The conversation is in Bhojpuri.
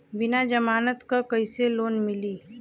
बिना जमानत क कइसे लोन मिली?